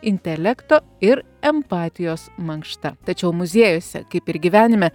intelekto ir empatijos mankšta tačiau muziejuose kaip ir gyvenime